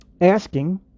asking